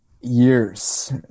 years